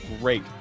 great